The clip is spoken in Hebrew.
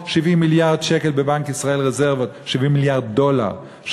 בבנק ישראל 70 מיליארד דולר רזרבות,